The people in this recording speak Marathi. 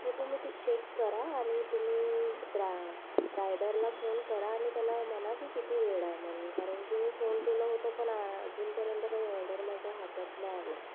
हो तुम्ही ते चेक करा आणि तुम्ही ड्रा रायडरला फोन करा आणि त्याला म्हणा की किती वेळ आहे म्हणून कारण की मी फोन केलं होतं पण आ अजूनपर्यंत काही ऑर्डर माझा हातात नाही आला आहे